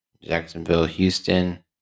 Jacksonville-Houston